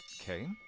Okay